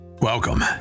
Welcome